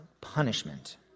punishment